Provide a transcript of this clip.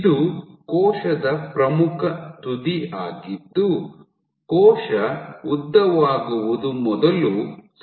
ಇದು ಕೋಶದ ಪ್ರಮುಖ ತುದಿ ಆಗಿದ್ದು ಕೋಶ ಉದ್ದವಾಗುವುದು ಮೊದಲು ಸಂಭವಿಸುತ್ತದೆ